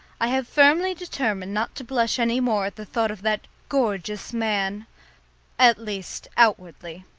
i have firmly determined not to blush any more at the thought of that gorgeous man at least outwardly.